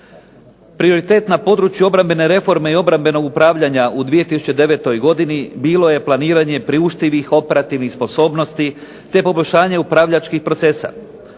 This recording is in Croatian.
Prioritet u području obrambene reforme i obrambenog upravljanja u 2009. godini bilo je planiranja priuštivih operativnih sposobnosti te poboljšanje upravljačkih procesa.